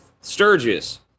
Sturgis